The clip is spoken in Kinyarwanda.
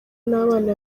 n’abana